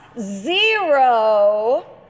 zero